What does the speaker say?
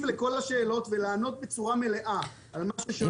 לשאלות ולענות בצורה מלאה על מה ששואלים.